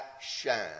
shine